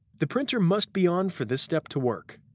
the printer must be on for this step to work.